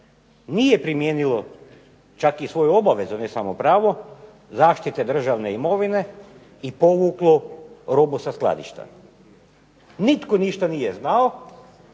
nije primijenilo čak i svoju obavezu, ne samo pravo zaštite državne imovine i povuklo robu sa skladišta. Nitko ništa nije znao